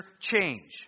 change